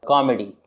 Comedy